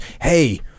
Hey